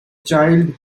child